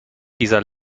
dieser